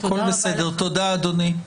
תודה אדוני.